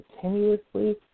continuously